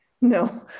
No